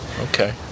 Okay